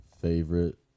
favorite